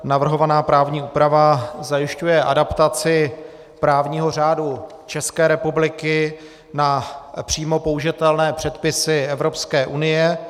Navrhovaná právní úprava zajišťuje adaptaci právního řádu České republiky na přímo použitelné předpisy Evropské unie.